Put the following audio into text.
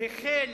החל